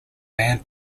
band